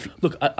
Look